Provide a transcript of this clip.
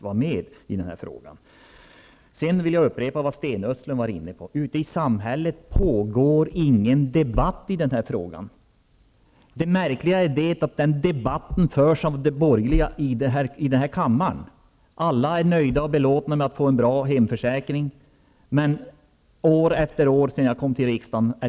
Jag vill vidare upprepa det som Sten Östlund sade: Det pågår ingen debatt i denna fråga ute i samhället. Det märkliga är att den debatten förs av de borgerliga i den här kammaren. Alla försäkringstagare är nöjda och belåtna med att få en bra hemförsäkring, men en debatt har ändå förts år efter år sedan jag kom till riksdagen.